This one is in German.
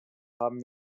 haben